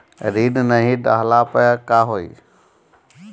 ऋण नही दहला पर का होइ?